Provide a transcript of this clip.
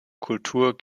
kultur